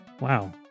Wow